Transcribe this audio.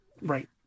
Right